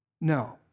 No